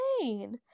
insane